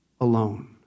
alone